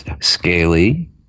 Scaly